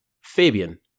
Fabian